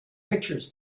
pictures